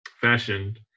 fashioned